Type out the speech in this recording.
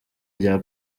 rya